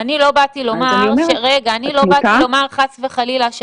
אני לא באתי לומר חס וחלילה,